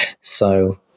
So-